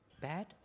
bad